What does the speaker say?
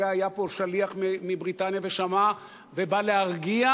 כרגע היה פה שליח מבריטניה ושמע ובא להרגיע,